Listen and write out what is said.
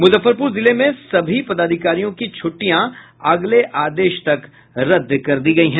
मुजफ्फरपुर जिले में सभी पदाधिकारियों की छुट्टियां अगले आदेश तक रद्द कर दी गयी हैं